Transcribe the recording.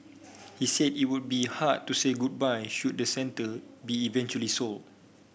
he said it would be hard to say goodbye should the centre be eventually sold